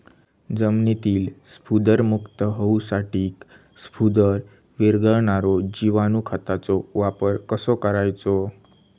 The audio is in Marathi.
जमिनीतील स्फुदरमुक्त होऊसाठीक स्फुदर वीरघळनारो जिवाणू खताचो वापर कसो करायचो?